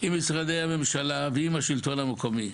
עם משרדי הממשלה, ועם השלטון המקומי.